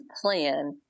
plan